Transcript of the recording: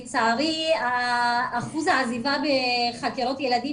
לצערי אחוז העזיבה בחקירות ילדים,